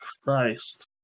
christ